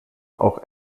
auch